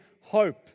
hope